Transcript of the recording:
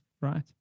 right